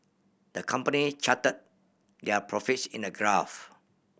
the company charted their profits in a graph